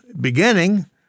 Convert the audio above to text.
beginning